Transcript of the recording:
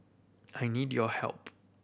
I need your help